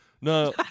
No